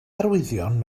arwyddion